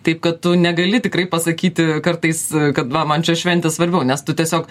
taip kad tu negali tikrai pasakyti kartais kad va man čia šventė svarbiau nes tu tiesiog